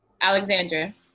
Alexandra